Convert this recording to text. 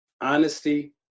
honesty